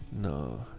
No